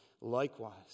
Likewise